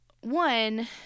one